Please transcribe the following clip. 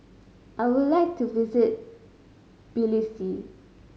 I would like to visit Tbilisi